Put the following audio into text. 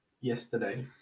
Yesterday